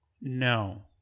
No